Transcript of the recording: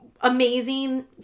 amazing